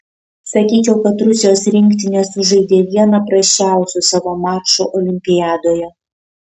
sakyčiau kad rusijos rinktinė sužaidė vieną prasčiausių savo mačų olimpiadoje